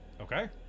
Okay